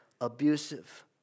abusive